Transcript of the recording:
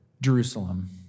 Jerusalem